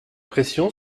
pression